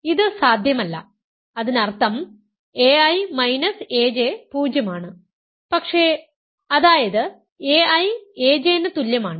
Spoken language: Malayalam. അതിനാൽ ഇത് സാധ്യമല്ല അതിനർത്ഥം ai aj 0 ആണ് പക്ഷേ അതായത് ai aj ന് തുല്യമാണ്